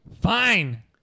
Fine